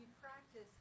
practice